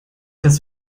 das